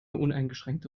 uneingeschränkte